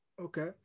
Okay